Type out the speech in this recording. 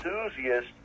Enthusiast